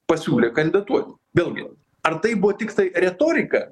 pasiūlė kandidatuot vėlgi ar tai buvo tiktai retorika